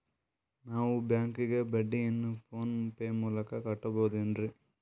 ನಾವು ಬ್ಯಾಂಕಿಗೆ ಬಡ್ಡಿಯನ್ನು ಫೋನ್ ಪೇ ಮೂಲಕ ಕಟ್ಟಬಹುದೇನ್ರಿ?